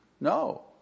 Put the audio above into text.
No